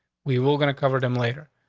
we were gonna cover them later.